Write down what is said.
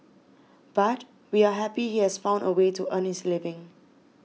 but we are happy he has found a way to earn his living